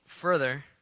further